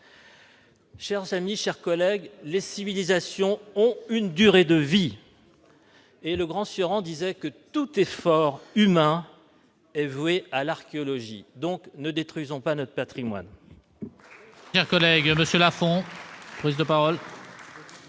Chers amis, chers collègues, les civilisations ont une durée de vie, et le grand Cioran disait que tout effort humain est voué à l'archéologie. Donc, ne détruisons pas notre patrimoine.